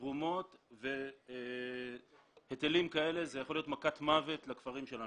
בתרומות והיטלים כאלה יכולים להיות מכת מוות לכפרים שלנו.